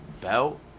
belt